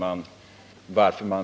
Herr talman!